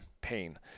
pain